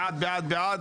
בעד בעד בעד,